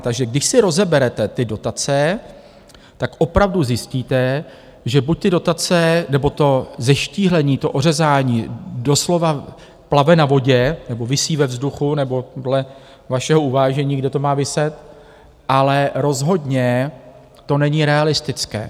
Takže když si rozeberete ty dotace, tak opravdu zjistíte, že buď ty dotace, nebo to zeštíhlení, to ořezání doslova plave na vodě, nebo visí ve vzduchu, nebo dle vašeho uvážení, kde to má viset, ale rozhodně to není realistické.